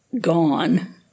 gone